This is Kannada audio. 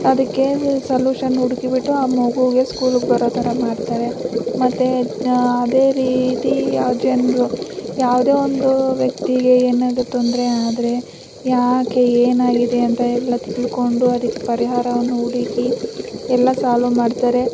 ಅದಕ್ಕೆ ಏನು ಸೊಲ್ಯೂಷನ್ ಹುಡುಕಿ ಬಿಟ್ಟು ಆ ಮಗುಗೆ ಸ್ಕೂಲಿಗೆ ಬರೋ ಥರ ಮಾಡ್ತಾರೆ ಮತ್ತು ಅದೇ ರೀತಿ ಜನರು ಯಾವುದೇ ಒಂದು ವ್ಯಕ್ತಿಗೆ ಏನಾದರೂ ತೊಂದರೆ ಆದರೆ ಯಾಕೆ ಏನಾಗಿದೆ ಅಂತ ಎಲ್ಲ ತಿಳ್ಕೊಂಡು ಅದಕ್ಕೆ ಪರಿಹಾರವನ್ನು ಹುಡುಕಿ ಎಲ್ಲ ಸಾಲ್ವ ಮಾಡ್ತಾರೆ